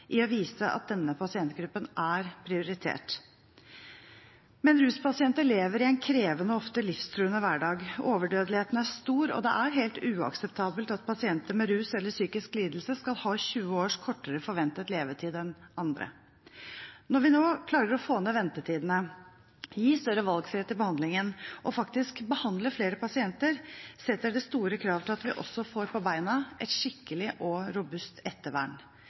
i å vise at denne pasientgruppen er prioritert. Men ruspasienter lever i en krevende og ofte livstruende hverdag. Overdødeligheten er stor, og det er helt uakseptabelt at pasienter med ruslidelse eller psykisk lidelse skal ha 20 års kortere forventet levetid enn andre. Når vi nå klarer å få ned ventetidene, gir større valgfrihet i behandlingen og faktisk behandler flere pasienter, setter det store krav til at vi også får på beina et skikkelig og robust ettervern.